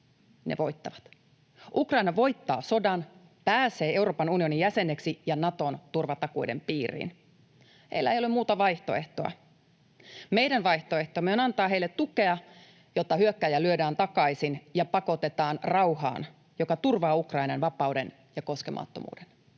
ne voittavat. Ukraina voittaa sodan, pääsee Euroopan unionin jäseneksi ja Naton turvatakuiden piiriin. Heillä ei ole muuta vaihtoehtoa. Meidän vaihtoehtomme on antaa heille tukea, jotta hyökkääjä lyödään takaisin ja pakotetaan rauhaan, joka turvaa Ukrainan vapauden ja koskemattomuuden.